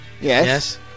Yes